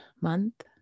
month